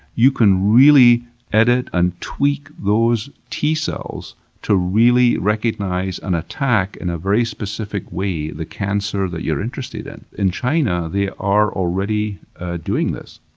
you can really edit and tweak those t-cells to really recognize and attack, in a very specific way, the cancer that you're interested in. in china, they are already doing this.